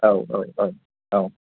औ औ औ औ